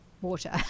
water